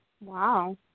Wow